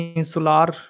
insular